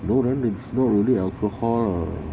no then it's not really alcohol lah